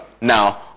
now